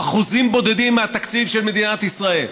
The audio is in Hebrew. אחוזים בודדים מהתקציב של מדינת ישראל,